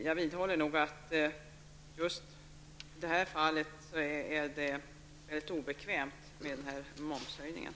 Jag vidhåller nog att momshöjningen är rätt obekväm i just det här fallet.